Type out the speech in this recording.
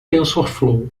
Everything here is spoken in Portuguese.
tensorflow